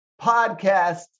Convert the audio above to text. podcast